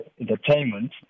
entertainment